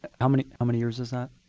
and how many how many years is that?